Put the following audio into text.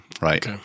Right